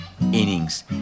innings